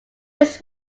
it’s